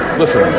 listen